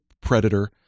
predator